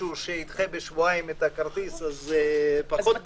שידחה בשבועיים את הגעתו אז זה פחות בוער.